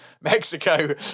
Mexico